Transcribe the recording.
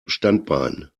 standbein